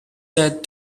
said